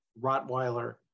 Rottweiler